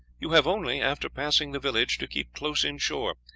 you have only, after passing the village, to keep close in shore,